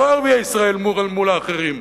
לא ערביי ישראל מול האחרים.